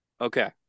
Okay